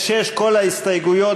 כל ההסתייגויות